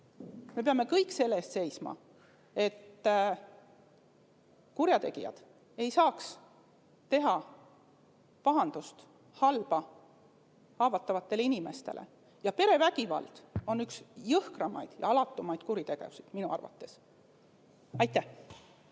peame seisma selle eest, et kurjategijad ei saaks teha pahandust, halba haavatavatele inimestele, ja perevägivald on üks jõhkramaid ja alatumaid kuritegevusi minu arvates. Aitäh!